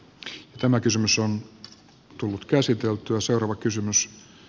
jos tämä kysymys on tullut käsiteltyä seuraava kysymys